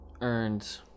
earned